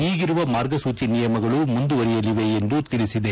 ಈಗಿರುವ ಮಾರ್ಗಸೂಚಿ ನಿಯಮಗಳು ಮುಂದುವರೆಯಲಿವೆ ಎಂದು ತಿಳಿಸಿದೆ